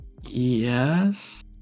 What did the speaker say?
Yes